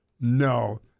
No